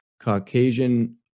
Caucasian